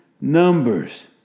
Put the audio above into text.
numbers